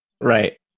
Right